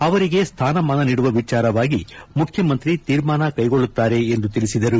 ಅವರಿಗೆ ಸ್ನಾನಮಾನ ನೀಡುವ ವಿಚಾರವಾಗಿ ಮುಖ್ಯಮಂತ್ರಿ ತೀರ್ಮಾನ ಕ್ಷೆಗೊಳ್ಳುತ್ತಾರೆ ಎಂದು ತಿಳಿಸಿದರು